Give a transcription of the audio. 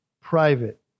private